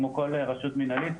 כמו כל רשות מינהלית,